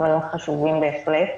דברים חשובים בהחלט,